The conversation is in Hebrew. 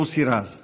מוסי רז.